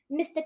mr